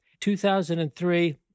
2003